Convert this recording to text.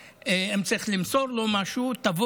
אדוני, תני לו לסיים את